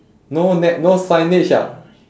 no net no signage ah